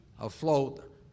afloat